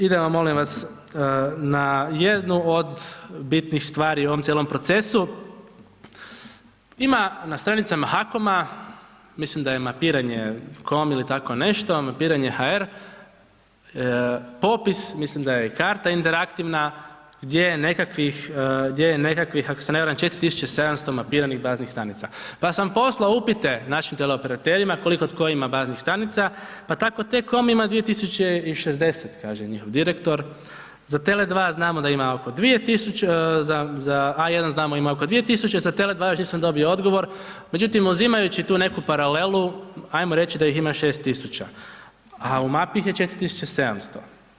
Idemo molim vas, na jednu od bitnih stvari u ovom cijelom procesu, ima na stranicama HAKOM-a, mislim da je mapiranje.com ili tako nešto, mapiranje.hr, popis, mislim da je i karta interaktivna, gdje je nekakvih ako se ne varam, 4700 mapiranih baznih stanica pa sam poslao upite našim teleoperaterima koliko tko ima baznih stanica, pa tako T-com ima 2060 kaže njihov direktor, za A1 znamo da ima oko 2000, za Tele2 još nisam dobio odgovor međutim uzimajući tu neku paralelu, ajmo reći da ih ima 6000 a u mapi ih 4700.